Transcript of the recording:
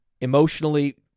emotionally